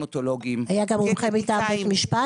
המטולוגים, גנטיקאים.